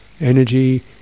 Energy